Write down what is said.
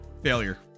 failure